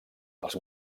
els